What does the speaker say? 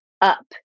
up